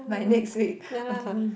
by next week okay